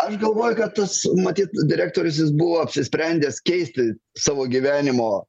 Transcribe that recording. aš galvoju kad tas matyt direktorius jis buvo apsisprendęs keisti savo gyvenimo